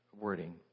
wording